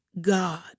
God